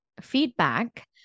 feedback